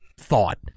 thought